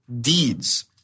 deeds